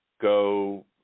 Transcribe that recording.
Go